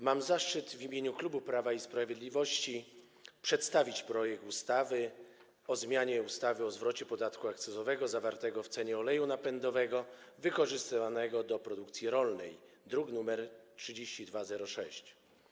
Mam zaszczyt w imieniu klubu Prawa i Sprawiedliwości przedstawić projekt ustawy o zmianie ustawy o zwrocie podatku akcyzowego zawartego w cenie oleju napędowego wykorzystywanego do produkcji rolnej, druk nr 3206.